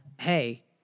Hey